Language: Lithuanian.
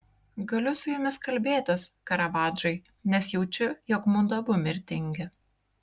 galiu su jumis kalbėtis karavadžai nes jaučiu jog mudu abu mirtingi